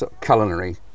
culinary